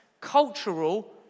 cultural